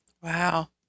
Wow